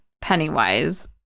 Pennywise